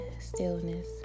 stillness